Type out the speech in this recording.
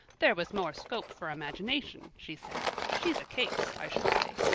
there was more scope for imagination she said. she's a case, i should say.